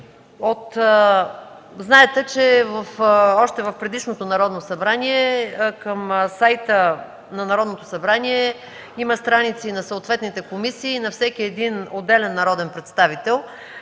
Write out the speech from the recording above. Знаете, че още в предишното Народно събрание към сайта на Народното събрание има страници на съответните комисии и на всеки отделен народен представител.